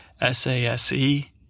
s-a-s-e